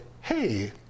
hey